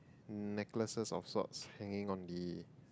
necklaces of thoughts hanging on me